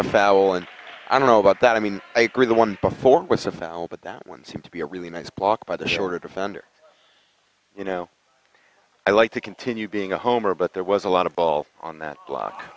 a foul and i don't know about that i mean the one before was a foul but that one seemed to be a really nice block by the shorter defender you know i like to continue being a homer but there was a lot of ball on that block